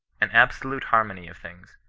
an absolute harmony of things,